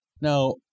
Now